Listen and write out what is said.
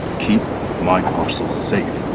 keep my parcels safe.